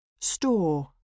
store